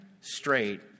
straight